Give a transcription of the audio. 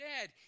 dead